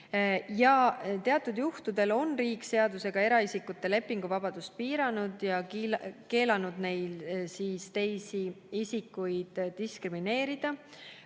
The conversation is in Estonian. Teatud juhtudel on riik seadusega eraisikute lepinguvabadust piiranud ja keelanud neil teisi isikuid diskrimineerida.